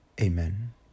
Amen